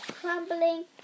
crumbling